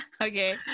Okay